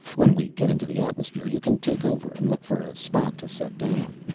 when we get into the atmosphere you can take over and look for a spot to set down.